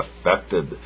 affected